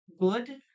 good